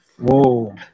Whoa